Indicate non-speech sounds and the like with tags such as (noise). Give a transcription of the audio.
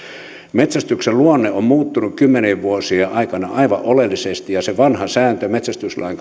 metsästyksen luonne on muuttunut kymmenien vuosien aikana aivan oleellisesti ja sitä vanhaa sääntöä metsästyslain (unintelligible)